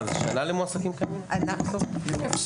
זה שנה למועסקים קיימים?